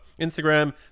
Instagram